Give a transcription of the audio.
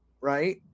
Right